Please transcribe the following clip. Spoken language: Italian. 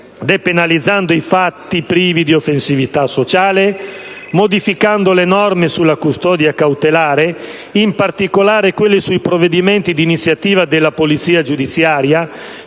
depenalizzando i fatti privi di offensività sociale; modificando le norme sulla custodia cautelare, in particolare quelle sui provvedimenti d'iniziativa della polizia giudiziaria,